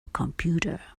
computer